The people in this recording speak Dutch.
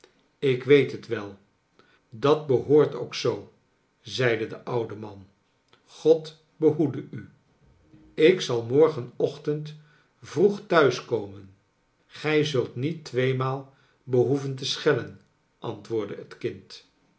ik weet het wel dat behoort ook zoo zeide de oude man god behoede u ik zal morgenochtend vroeg thuis komen gij zult niet tweemaal behoeven te schellen antwoordde het kind